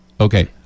Okay